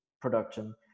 production